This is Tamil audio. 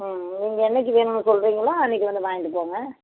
ம் நீங்கள் என்றைக்கி வேணும்ன்னு சொல்கிறிங்களோ அன்றைக்கு வந்து வாய்ன்ட்டு போங்க